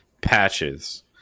patches